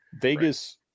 Vegas